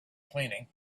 cleaning